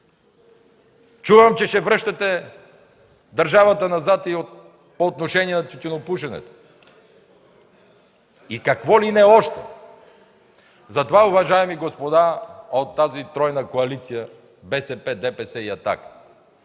Чувам, че ще връщате държавата назад и по отношение на тютюнопушенето, и какво ли не още. Уважаеми господа от тази тройна коалиция – БСП, ДПС и